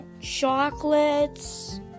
Chocolates